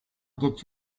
get